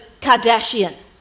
Kardashian